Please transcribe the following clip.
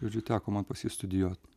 žodžiui teko man pas jį studijuot